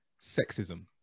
sexism